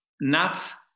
nuts